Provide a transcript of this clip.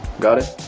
got it?